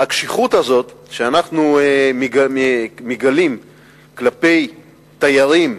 הקשיחות הזאת שאנחנו מגלים כלפי תיירים,